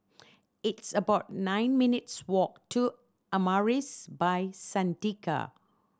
it's about nine minutes' walk to Amaris By Santika